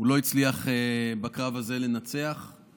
הוא לא הצליח לנצח בקרב הזה.